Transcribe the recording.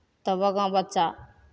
तब आगाँ बच्चा